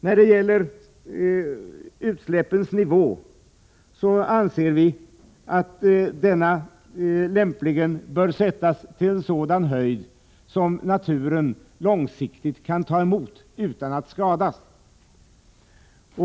När det gäller utsläppens nivå anser vi att denna lämpligen bör sättas till en sådan höjd som naturen långsiktigt kan ta emot utan att skadas.